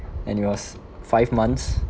and it was five months